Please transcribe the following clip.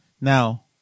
Now